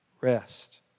rest